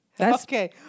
Okay